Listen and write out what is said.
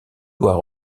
doit